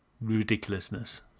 ridiculousness